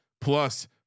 plus